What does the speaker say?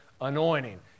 anointing